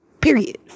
Period